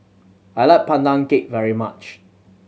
I like Pandan Cake very much